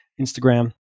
Instagram